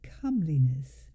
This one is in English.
comeliness